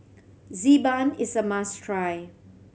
Xi Ban is a must try